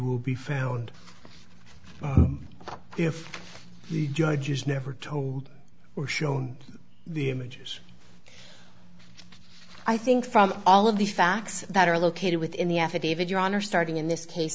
will be found if the judge is never told or shown the images i think from all of the facts that are located within the affidavit your honor starting in this case